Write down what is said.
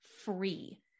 free